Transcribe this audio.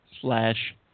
slash